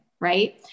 right